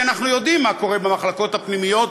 כי אנחנו יודעים מה קורה במחלקות הפנימיות